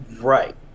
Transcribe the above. Right